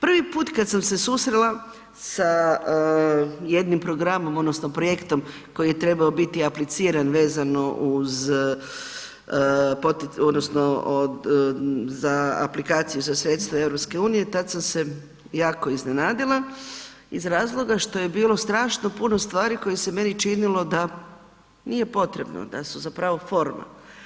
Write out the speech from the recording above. Prvi put kad sam se susrela sa jednim programom odnosno projektom koji je trebao biti apliciran vezano uz, odnosno za aplikaciju za sredstva EU, tad sam se jako iznenadila iz razloga što je bilo strašno puno stvari koje se meni činilo da nije potrebno, da su zapravo forma.